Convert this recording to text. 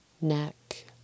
neck